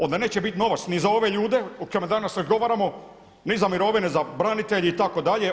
Onda neće biti novac ni za ove ljude o kojima danas razgovaramo ni za mirovine za branitelje itd…